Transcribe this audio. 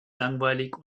langweilig